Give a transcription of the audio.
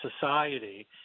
society